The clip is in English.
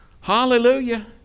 Hallelujah